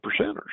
percenters